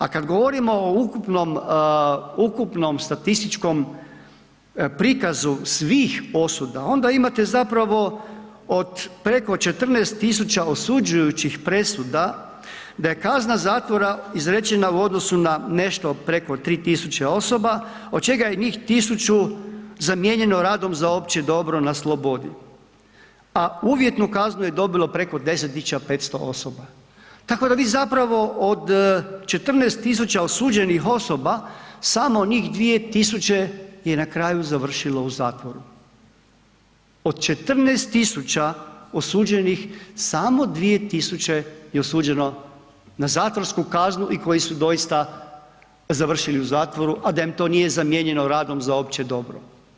A kad govorimo o ukupnom, ukupnom statističkom prikazu svih osuda onda imate zapravo od preko 14000 osuđujućih presuda, da je kazna zatvora izrečena u odnosu na nešto preko 3000 osoba, od čega je njih 1000 zamijenjeno radom za opće dobro na slobodi, a uvjetnu kaznu je dobilo preko 10500 osoba, tako da vi zapravo od 14000 osuđenih osoba samo njih 2000 je na kraju završilo u zatvoru, od 14000 osuđenih samo 2000 je osuđeno na zatvorsku kaznu i koji su doista završili u zatvoru, a da im to nije zamijenjeno radom za opće dobro.